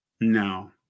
no